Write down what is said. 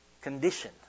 condition